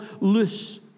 loose